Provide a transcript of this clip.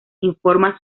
informa